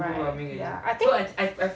right